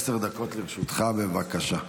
עשר דקות לרשותך, בבקשה.